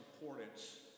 importance